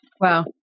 Wow